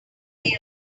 day